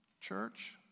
church